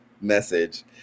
message